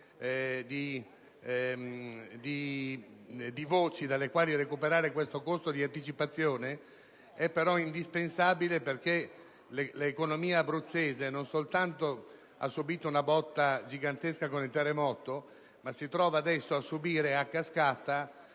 di voci dalle quali recuperare questo costo di anticipazione. Si tratta però di un qualcosa di indispensabile, perché l'economia abruzzese non soltanto ha subìto una botta gigantesca con il terremoto, ma si trova adesso a subirne a cascata